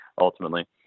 ultimately